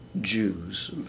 Jews